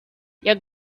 your